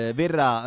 verrà